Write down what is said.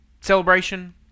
celebration